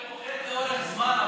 וזה הולך ופוחת לאורך הזמן,